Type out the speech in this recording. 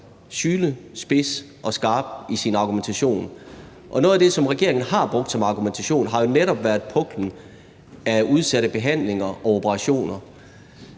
sylespids og -skarp i sin argumentation. Noget af det, som regeringen har brugt som argumentation, har jo netop været puklen af udsatte behandlinger og operationer,